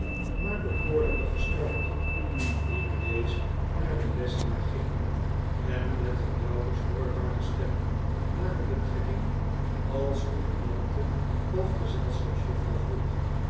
maar bekoorlijke gestalte die bedeesd naar den lessenaar ging en met een nauwelijks hoorbare stem naar een betrekking als gouvernante of gezelschapsjuffrouw vroeg